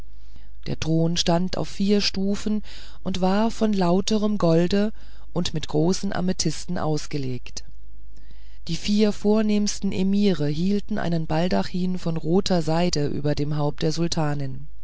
der thron stand auf vier stufen und war von lauterem golde und mit großen amethisten ausgelegt die vier vornehmsten emire hielten einen baldachin von roter seide über dem haupte der